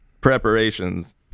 preparations